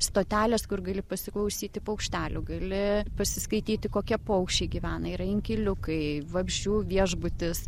stotelės kur gali pasiklausyti paukštelių gali pasiskaityti kokie paukščiai gyvena yra inkiliukai vabzdžių viešbutis